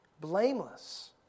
blameless